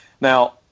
Now